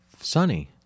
Sunny